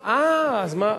אה, אז מה?